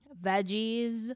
veggies